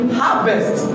harvest